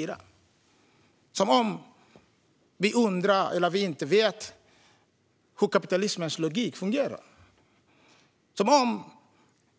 Det är som att vi inte vet hur kapitalismens logik fungerar, som